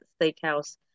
Steakhouse